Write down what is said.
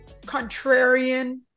contrarian